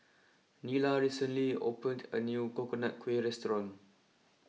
Nila recently opened a new Coconut Kuih restaurant